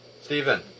Stephen